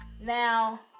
Now